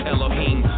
Elohim